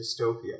dystopia